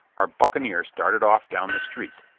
our buccaneer started off down the street,